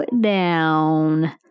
down